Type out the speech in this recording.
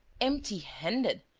empty-handed!